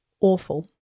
awful